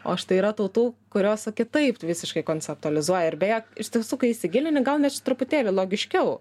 o štai yra tautų kurios va kitaip visiškai konceptualizuoja ir beje iš tiesų kai įsigilini gaunasi truputėlį logiškiau